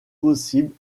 possible